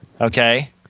Okay